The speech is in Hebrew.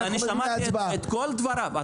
שמעתי את כל דבריו.